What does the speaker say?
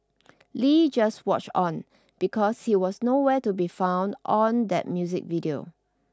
Lee just watch on because he was no where to be found on that music video